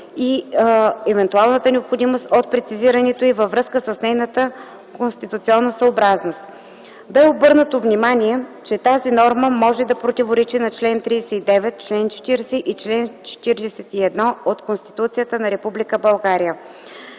от евентуалната необходимост от прецизирането й във връзка с нейната конституционосъобразност. Бе обърнато внимание, че тази норма може да противоречи на чл. 39, чл. 40 и чл. 41 от Конституцията на